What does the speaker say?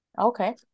Okay